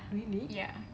really